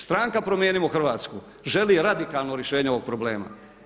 Stranka Promijenimo Hrvatsku želi radikalno rješenje ovog problema.